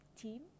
team